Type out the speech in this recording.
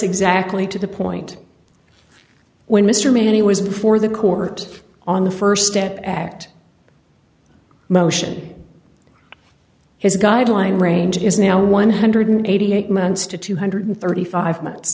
exactly to the point when mr mini was before the court on the st step act motion his guideline range is now one hundred and eighty eight months to two hundred and thirty five months